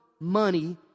money